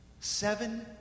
Seven